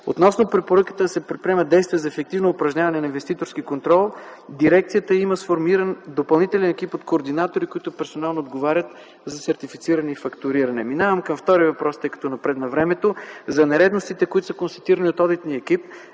Относно препоръката да се предприемат действия за ефективно упражняване на инвеститорски контрол, в дирекцията има сформиран допълнителен екип от координатори, които персонално отговарят за сертифициране и фактуриране. Минавам към втория въпрос, тъй като времето напредва. За констатираните нередности от одитираните екипи